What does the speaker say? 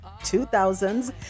2000s